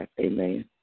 Amen